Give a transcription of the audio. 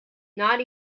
not